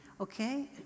Okay